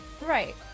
Right